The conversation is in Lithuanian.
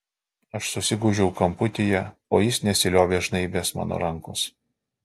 aš susigūžiau kamputyje o jis nesiliovė žnaibęs man rankos